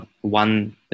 one